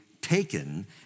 taken